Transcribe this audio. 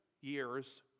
years